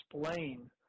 explain